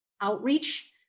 outreach